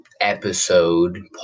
episode